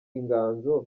inganzo